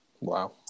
Wow